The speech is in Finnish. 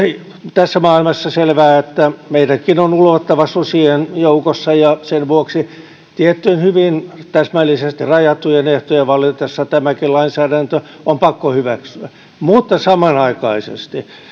tässä maailmassa selvää että meidänkin on ulvottava susien joukossa ja sen vuoksi tiettyjen hyvin täsmällisesti rajattujen ehtojen vallitessa tämäkin lainsäädäntö on pakko hyväksyä mutta samanaikaisesti